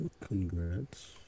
Congrats